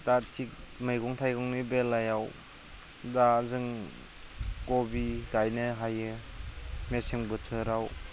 दा थिग मैगं थाइगंनि बेलायाव दा जों खबि गायनो हायो मेसें बोथोराव